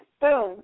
boom